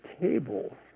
table